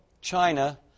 China